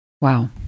Wow